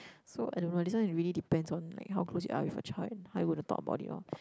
so I don't know this one it really depends on like how close you are with your child and how you going to talk about it lor